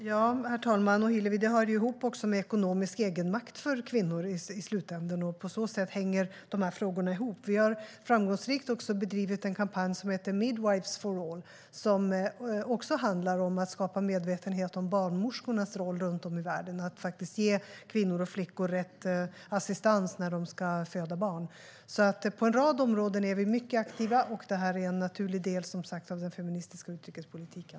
Herr talman! Det hör i slutänden också ihop med ekonomisk egenmakt för kvinnor. På så sätt hänger dessa frågor ihop. Vi har också framgångsrikt bedrivit en kampanj som heter Midwives for All som handlar om att skapa medvetenhet om barnmorskornas roll runt om i världen att ge kvinnor och flickor rätt assistans när de ska föda barn. På en rad områden är vi mycket aktiva, och detta är som sagt en naturlig del av den feministiska utrikespolitiken.